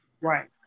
Right